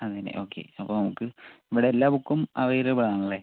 അതെ അല്ലെ ഓക്കെ അപ്പം നമുക്ക് ഇവിടെ എല്ലാ ബുക്കും അവൈലബിൾ ആണല്ലേ